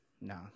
No